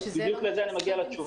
בדיוק לזה אני מגיע בתשובה,